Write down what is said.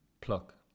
Pluck